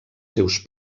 seus